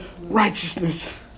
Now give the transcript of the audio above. Righteousness